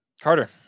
Carter